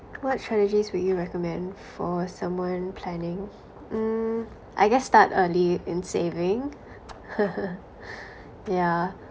what strategies would you recommend for someone planning mm I guess start early in saving yeah